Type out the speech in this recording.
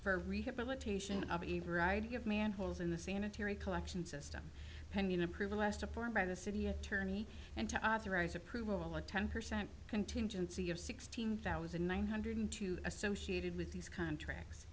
for rehabilitation of a right to give man holes in the sanitary collection system pending approval last a form by the city attorney and to authorize approval a ten percent contingency of sixteen thousand one hundred two associated with these contracts